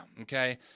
okay